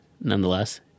nonetheless